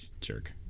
Jerk